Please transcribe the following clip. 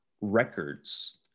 records